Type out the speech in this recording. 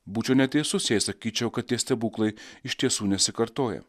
būčiau neteisus jei sakyčiau kad tie stebuklai iš tiesų nesikartoja